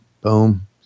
Boom